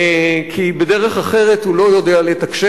כי בדרך אחרת הוא לא יודע לתקשר.